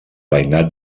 veïnat